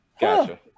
gotcha